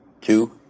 Two